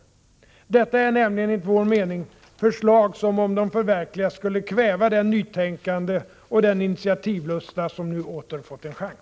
Detta är nämligen, enligt vår mening, förslag som om de förverkligades skulle kväva det nytänkande och den initiativlusta som nu åter fått en chans.